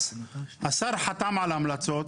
השר חתם על המלצות.